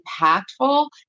impactful